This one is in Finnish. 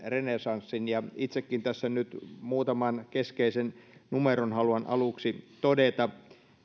renessanssin ja itsekin tässä nyt muutaman keskeisen numeron haluan aluksi todeta